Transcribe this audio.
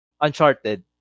uncharted